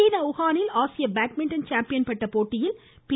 சீன உஹானில் ஆசிய பேட்மிண்டன் சாம்பியன் பட்ட போட்டியில் பி